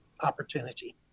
opportunity